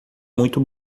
muito